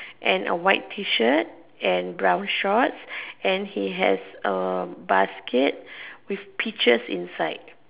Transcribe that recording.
and a white T shirt and brown shorts and he has a baskets with peaches inside